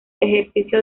ejercicio